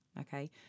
okay